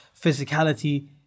physicality